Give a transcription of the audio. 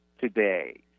today